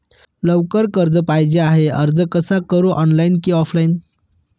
लवकर कर्ज पाहिजे आहे अर्ज कसा करु ऑनलाइन कि ऑफलाइन?